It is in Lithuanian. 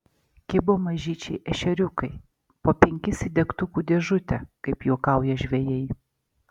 kibo mažyčiai ešeriukai po penkis į degtukų dėžutę kaip juokauja žvejai